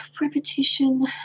repetition